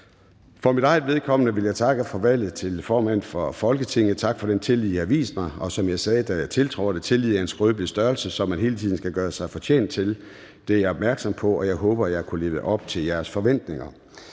For mit eget vedkommende vil jeg takke for valget til formand for Folketinget. Tak for den tillid, I har vist mig. Som jeg sagde, da jeg tiltrådte: Tillid er en skrøbelig størrelse, som man hele tiden skal gøre sig fortjent til. Det er jeg opmærksom på, og jeg håber, at jeg har kunnet leve op til jeres forventninger.